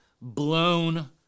blown